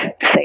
say